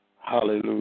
Hallelujah